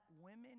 women